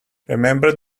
remember